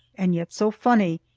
and yet so funny,